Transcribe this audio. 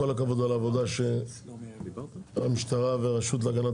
כל הכבוד על העבודה שהמשטרה והרשות להגנת